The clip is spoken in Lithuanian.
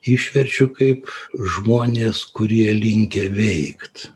išverčiu kaip žmonės kurie linkę veikt